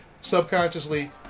subconsciously